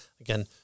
again